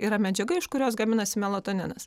yra medžiaga iš kurios gaminasi melatoninas